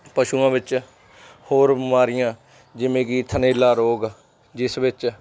ਪਸ਼ੂਆਂ ਵਿੱਚ ਹੋਰ ਬਿਮਾਰੀਆਂ ਜਿਵੇਂ ਕਿ ਥਨੇਲਾ ਰੋਗ ਜਿਸ ਵਿੱਚ